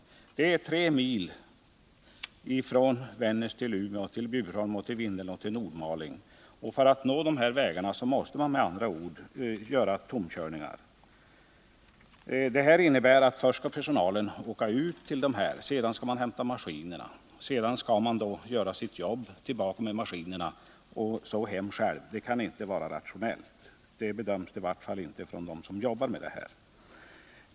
Det är tre mil från Vännäs till Umeå eller till Bjurholm. Till Vindeln och till Nordmaling är det 35-40 km. För att nå de vägarna måste man med andra ord göra tomkörningar. För personalen innebär det att man först skall åka ut till de här platserna, sedan hämta maskinerna, därpå skall man göra sitt jobb, så skall man åka tillbaka med maskinerna och slutligen fara hem själv. Det kan inte vara rationellt — det bedöms i vart fall inte så av dem som jobbar med det här.